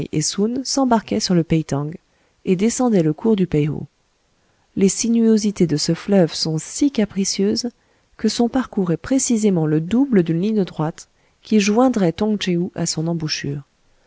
et soun s'embarquaient sur le peï tang et descendaient le cours du peï ho les sinuosités de ce fleuve sont si capricieuses que son parcours est précisément le double d'une ligne droite qui joindrait tong tchéou à son embouchure